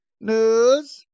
News